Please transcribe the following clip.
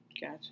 Gotcha